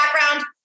background